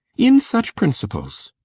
in such principles?